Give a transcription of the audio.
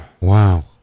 Wow